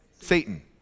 satan